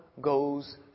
goes